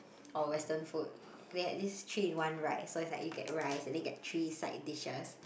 or western food we had this three in one rice so is like you get rice and then you get three side dishes